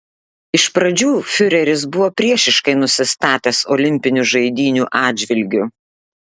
iš pradžių fiureris buvo priešiškai nusistatęs olimpinių žaidynių atžvilgiu